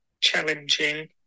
challenging